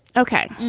ok.